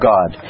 God